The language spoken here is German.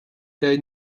der